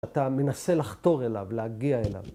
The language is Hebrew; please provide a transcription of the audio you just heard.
‫אתה מנסה לחתור אליו, ‫להגיע אליו.